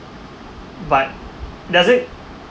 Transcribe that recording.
but does it